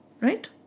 Right